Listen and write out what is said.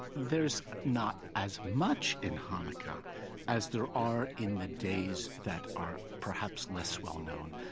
there's not as much in hanukkah as there are in the days that are, perhaps, less well-known.